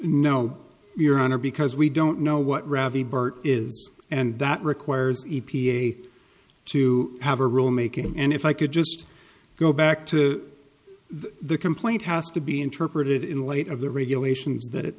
no your honor because we don't know what ravi bert is and that requires a to have a rule making and if i could just go back to the complaint has to be interpreted in light of the regulations that it